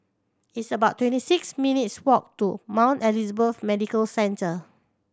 it's about twenty six minutes' walk to Mount Elizabeth Medical Centre